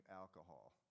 alcohol